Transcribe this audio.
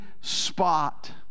spot